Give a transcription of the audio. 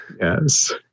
Yes